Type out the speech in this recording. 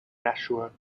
nashua